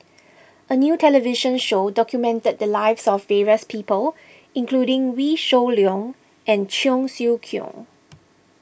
a new television show documented the lives of various people including Wee Shoo Leong and Cheong Siew Keong